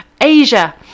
Asia